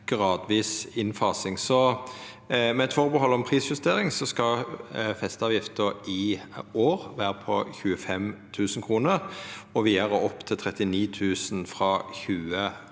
gradvis innfasing. Med eit atterhald om prisjustering skal festeavgifta i år vera på 25 000 kr og vidare opp til 39 000 kr frå 2031.